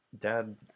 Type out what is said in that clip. Dad